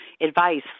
advice